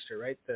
right